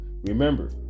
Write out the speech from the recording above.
Remember